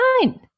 fine